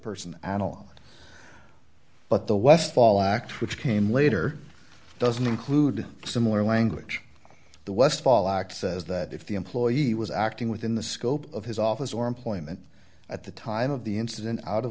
person an allowance but the westfall act which came later doesn't include similar language the westfall acts as that if the employee was acting within the scope of his office or employment at the time of the incident out